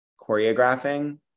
choreographing